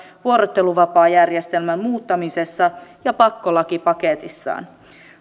vuorotteluvapaajärjestelmän muuttamisesta ja pakkolakipaketissaan